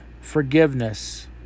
forgiveness